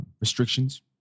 restrictions